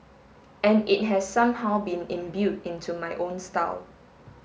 and it has somehow been imbued into my own style